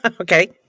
Okay